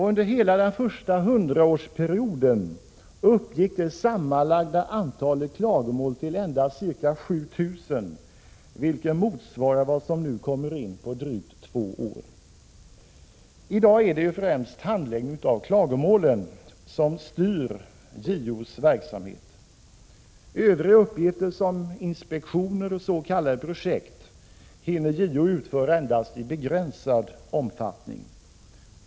Under hela den första hundraårsperioden uppgick det sammanlagda antalet klagomål till endast ca 7 000, vilket motsvarar vad som nu kommer in på drygt två år. I dag är det främst handläggningen av klagomålen som styr JO:s verksamhet. Övriga uppgifter, såsom inspektioner och s.k. projekt, hinner JO utföra endast i begränsad omfattning.